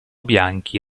bianchi